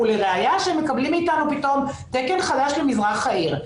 ולראיה שהם מקבלים מאיתנו פתאום תקן חדש למזרח העיר,